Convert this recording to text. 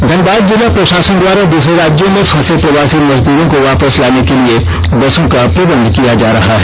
धनबाद जिला प्रषासन द्वारा दूसरे राज्यों में फंसे प्रवासी मजदूरों को वापस लाने के लिए बसों का प्रबंध किया जा रहा है